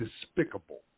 despicable